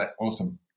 awesome